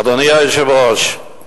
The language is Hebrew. אדוני היושב-ראש,